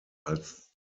als